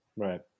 Right